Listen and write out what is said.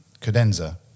cadenza